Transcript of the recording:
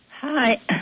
Hi